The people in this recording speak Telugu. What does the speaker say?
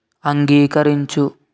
అంగీకరించు